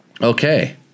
okay